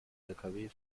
lkw